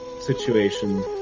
situation